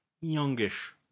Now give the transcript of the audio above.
youngish